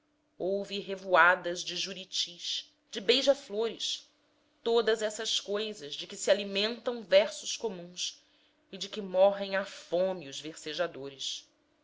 houve revoadas de juritis de beija flores todas essas coisas de que se alimentam versos comuns e de que morrem à fome os